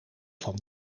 van